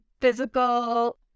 physical